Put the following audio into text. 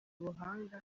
ubuhanga